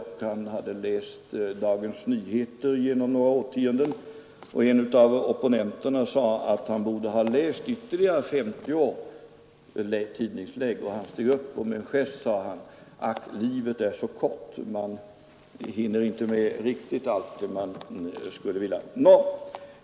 Han hade läst Dagens Nyheter genom några årtionden, och en av opponenterna sade att han borde ha läst ytterligare 50 års tidningslägg. Han steg då upp och sade med en gest: ”Ack, livet är så kort.” Man hinner inte med riktigt allt man skulle vilja.